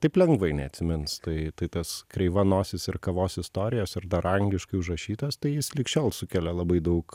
taip lengvai neatsimins tai tai tas kreivanosis ir kavos istorijos ir dar angliškai užrašytas tai jis lig šiol sukelia labai daug